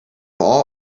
all